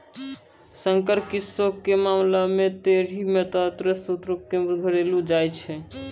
संकर किस्मो के मामला मे ढेरी मात्रामे सूदो के घुरैलो जाय छै